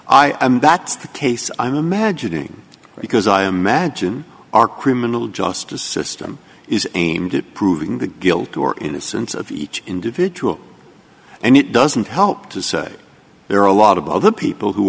i am that's the case i'm imagining because i imagine our criminal justice system is aimed at proving the guilt or innocence of each individual and it doesn't help to say there are a lot of other people who